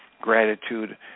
gratitude